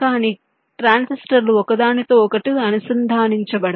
కానీ ట్రాన్సిస్టర్లు ఒకదానితో ఒకటి అనుసంధానించబడవు